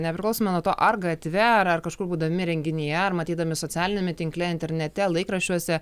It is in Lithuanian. nepriklausomai nuo to ar gatve ar kažkur būdami renginyje ar matydami socialiniame tinkle internete laikraščiuose